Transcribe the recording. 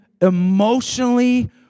emotionally